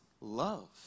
love